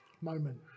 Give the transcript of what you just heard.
moment